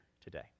today